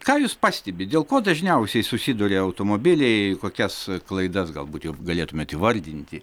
ką jūs pastebit dėl ko dažniausiai susiduria automobiliai kokias klaidas galbūt jau galėtumėt įvardinti